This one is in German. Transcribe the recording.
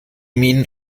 minen